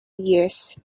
years